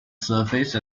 surface